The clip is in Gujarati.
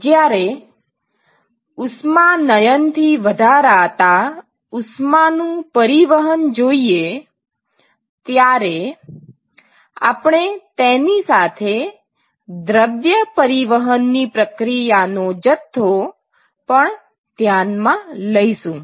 જ્યારે ઉષ્માનયનથી વધારાતા ઉષ્માનું પરિવહન જોઈએ ત્યારે આપણે તેની સાથે દ્રવ્ય પરિવહનની પ્રક્રિયા નો જથ્થો પણ ધ્યાનમાં લઇશુ